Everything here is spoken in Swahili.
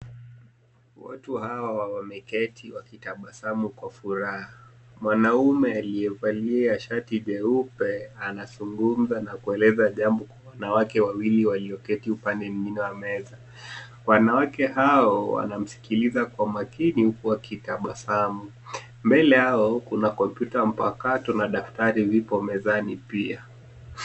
Watu hawa wameketi wakitabasamu kwa furaha. Mwanaume aliyevalia shati jeupe anazungumza na kueleza jambo kwa wanamke wawili walioketi upande mwingine wa meza. Wanawake hao wanamsikiliza kwa makini huku wakitabasamu. Mbele yao kuna kompyuta mpakato na daftari vipo mezani pia.